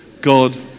God